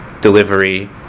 delivery